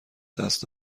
دست